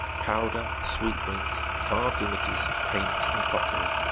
powder, sweetmeats, carved images, paints, and pottery.